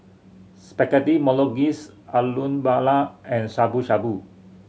Spaghetti Bolognese Alu Matar and Shabu Shabu